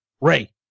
Ray